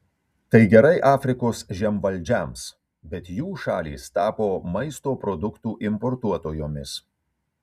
tai gerai afrikos žemvaldžiams bet jų šalys tapo maisto produktų importuotojomis